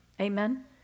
Amen